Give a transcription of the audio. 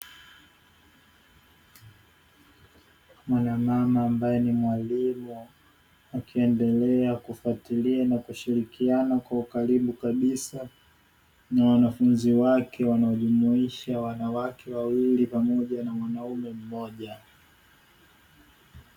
Mwanamama ambaye ni mwalimu akiendelea kufatilia na kushirikiana kwa ukaribu kabisa na wanafunzi wake, wanaojumuisha wanawake wawili pamoja na mwanaume mmoja.